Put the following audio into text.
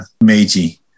Meiji